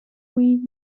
wii